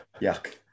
Yuck